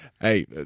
hey